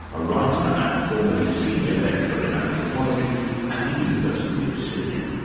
a writer and formerly senior lecturer in anthropology at the university of sydney.